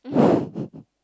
um